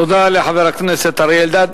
תודה לחבר הכנסת אריה אלדד.